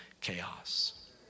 chaos